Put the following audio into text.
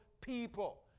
people